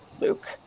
Luke